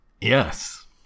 Yes